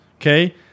okay